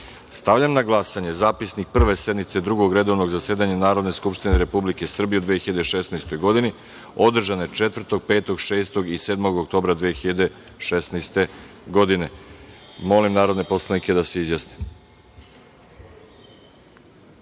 na glasanje zapisnik Prve sednice Drugog redovnog zasedanja Narodne skupštine Republike Srbije u 2016. godini, održane 4, 5, 6. i 7. oktobra 2016. godine. Molim narodne poslanike da se